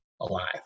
alive